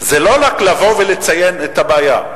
זה לא רק לבוא ולציין את הבעיה.